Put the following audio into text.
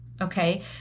okay